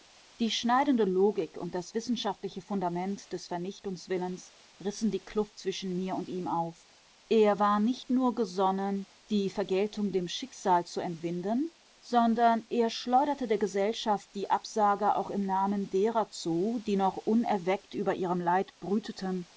die schneidende logik und das wissenschaftliche fundament des vernichtungswillens rissen die kluft zwischen mir und ihm auf er war nicht nur gesonnen die vergeltung dem schicksal zu entwinden sondern er schleuderte der gesellschaft die absage auch im namen derer zu die noch unerweckt über ihrem leid brüteten